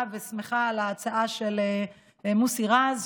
שמחה על ההצעה של מוסי רז,